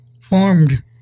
formed